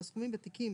והסכומים בתיקים